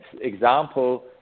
example